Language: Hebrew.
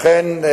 לכן,